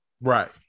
Right